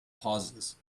pauses